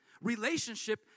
relationship